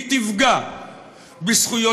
היא תפגע בזכויותיהם